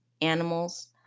animals